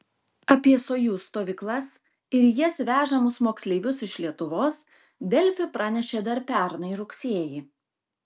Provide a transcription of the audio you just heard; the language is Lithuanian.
apie sojuz stovyklas ir į jas vežamus moksleivius iš lietuvos delfi pranešė dar pernai rugsėjį